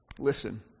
Listen